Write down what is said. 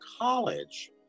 college